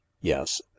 yes